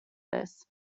this